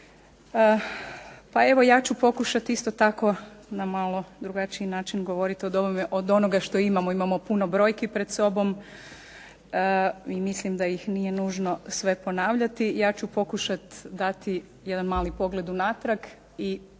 Pa evo ja ću pokušati isto tako na malo drugačiji način govorit od onoga što imamo, imamo puno brojki pred sobom i mislim da ih nije nužno sve ponavljati. Ja ću pokušat dati jedan mali pogled unatrag i mali